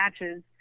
matches